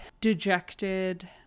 dejected